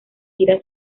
tira